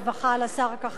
לשר כחלון,